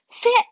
Sit